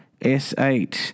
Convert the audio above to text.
S8